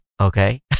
okay